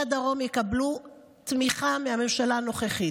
הדרום יקבלו תמיכה מהממשלה הנוכחית.